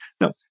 No